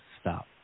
stop